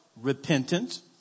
Repentance